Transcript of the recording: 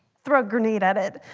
throw a grenade at it.